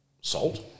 salt